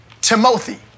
Timothy